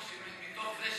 מתוך זה,